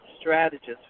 strategist